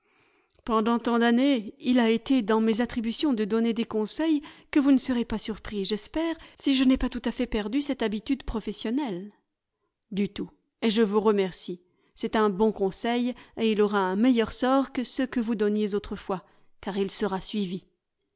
pendant tant d'années il a été dans mes attributions de donner des conseils que vous ne serez pas surpris j'espère si je n'ai pas tout à fait perdu cette habitude professionnelle du tout et je vous remercie c'est un bon conseil et il aura un meilleur sort que ceux que vous donniez autrefois car il sera suivi